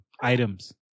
items